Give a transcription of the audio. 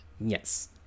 yes